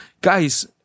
Guys